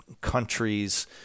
countries